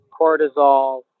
cortisol